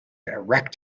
erect